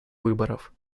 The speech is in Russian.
выборов